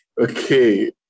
Okay